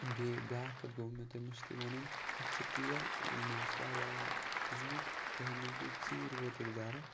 بیٚیہِ بیٛاکھ کَتھ گوٚوُ مےٚ تۄہہِ مٔشتٕے وَنُن اَتھ چھِ تیل یہِ مہ آسہِ واریاہ لا زیوٗٹھ تُہۍ مہٕ ہیٚکِو ژیٖرۍ وأتِتھ گَرٕ